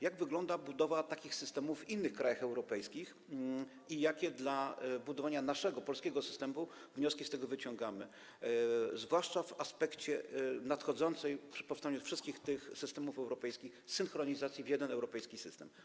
Jak wygląda budowa takich systemów w innych krajach europejskich i jakie dla budowania naszego polskiego systemu wnioski z tego wyciągamy, zwłaszcza w aspekcie nadchodzącej synchronizacji wszystkich tych systemów europejskich w jeden europejski system.